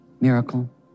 miracle